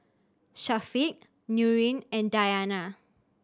Syafiq Nurin and Dayana